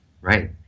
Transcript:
Right